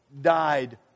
died